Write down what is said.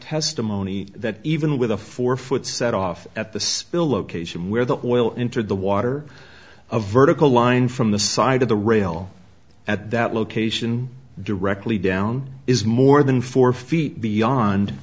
testimony that even with a four foot set off at the spill location where the oil into the water a vertical line from the side of the rail at that location directly down is more than four feet beyond